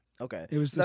Okay